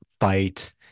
fight